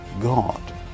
God